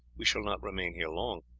we shall not remain here long.